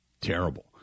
Terrible